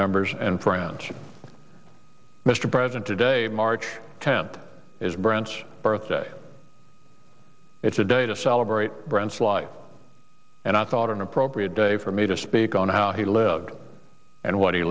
members and friends mr president today march tenth is branch birthday it's a day to celebrate bryant's life and i thought an appropriate day for me to speak on how he lived and what